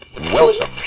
Welcome